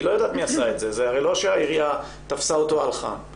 זה לא שהעירייה תפסה אותו על חם.